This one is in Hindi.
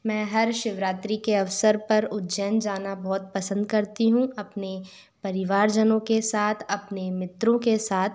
मैं हर शिवरात्रि के अवसर पर उज्जैन जाना बहुत पसंद करती हूँ अपने परिवारजनों के साथ अपने मित्रों के साथ